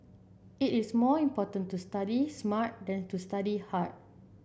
it is more important to study smart than to study hard